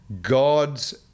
God's